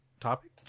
Topic